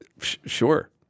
Sure